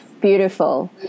beautiful